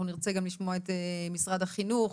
אנחנו נרצה גם לשמוע את משרד החינוך,